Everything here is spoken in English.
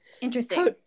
interesting